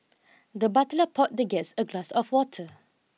the butler poured the guest a glass of water